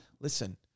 listen